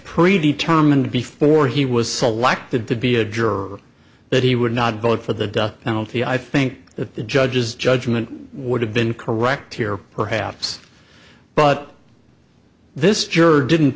predetermined before he was selected to be a juror that he would not vote for the death penalty i think that the judge's judgment would have been correct here perhaps but this juror didn't